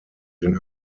den